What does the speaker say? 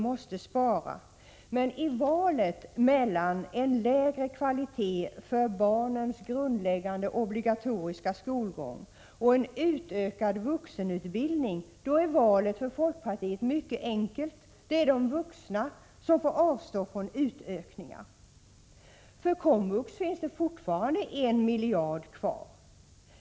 Men för folkpartiet är valet mellan en lägre kvalitet på barnens grundläggande obligatoriska skolgång och en utökad vuxenutbildning mycket enkelt: det är de vuxna som får avstå från utökningar. För komvux finns det fortfarande en miljard kvar.